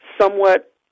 somewhat